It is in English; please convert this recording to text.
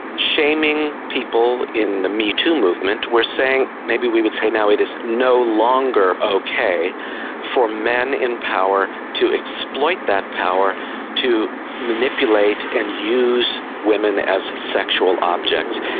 shaming people in the metoo movement, we are saying, maybe we would say now it is no longer okay for men in power to exploit that power to manipulate and use women as sexual objects.